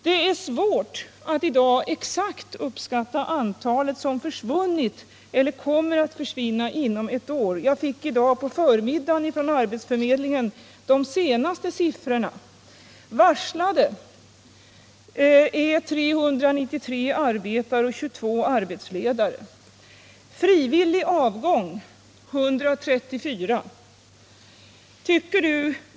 Det är svårt att i dag exakt ange antalet personer som har flyttat eller kommer att flytta inom ett år. I dag på förmiddagen fick jag ifrån arbetsförmedlingen de senaste siffrorna för området: 393 arbetare och 22 arbetsledare är varslade. Den frivilliga avgången är hittills 134 sedan juni.